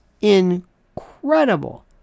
incredible